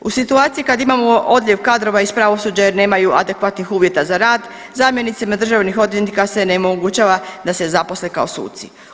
U situaciji kad imamo odljev kadrova iz pravosuđa jer nemaju adekvatnih uvjeta za rad, zamjenicima državnih odvjetnika se onemogućava da se zaposle kao suci.